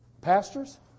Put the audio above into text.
pastors